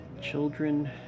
Children